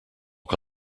que